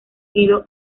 sido